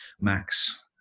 max